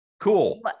Cool